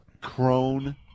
crone